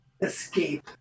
escape